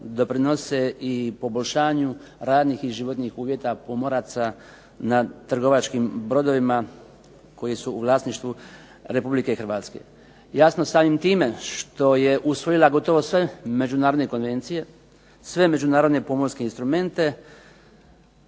doprinose i poboljšanju radnih i životnih uvjeta pomoraca na trgovačkim brodovima koji su u vlasništvu Republike Hrvatske. Jasno, samim time što je usvojila gotovo sve međunarodne konvencije, sve međunarodne pomorske instrumente